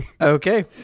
okay